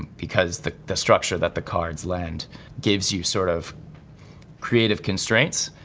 because the the structure that the cards lend gives you sort of creative constraints,